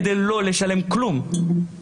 5 שנים עברו, כל יום זו מלחמה עבורנו.